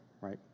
right